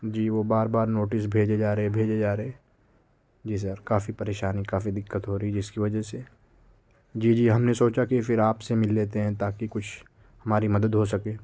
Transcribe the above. جی وہ بار بار نوٹس بھیجے جا رہے بھیجے جا رہے جی سر کافی پریشانی کافی دقت ہو رہی ہے جس کی وجہ سے جی جی ہم نے سوچا کہ پھر آپ سے مل لیتے ہیں تاکہ کچھ ہماری مدد ہو سکے